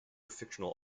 fictional